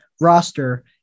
roster